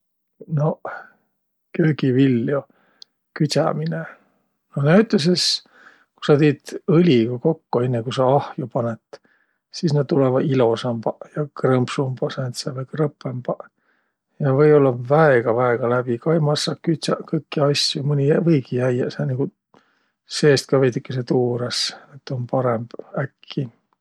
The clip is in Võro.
Noq köögiviljo küdsämine? No näütüses, ku sa tiit õliga kokko, inne ku sa ahjo panõt, sis nä tulõvaq ilosambaq ja krõmpsumbaq sääntseq vai krõpõmbaq. Ja või-ollaq väega-väega läbi ka ei massaq kütsäq kõiki asjo. Mõni jä- võigi jäiäq sääne niguq seest ka veidükese tuuras, et tuu um parõmb äkki.